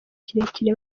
kirekire